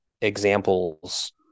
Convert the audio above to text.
examples